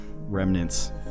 remnants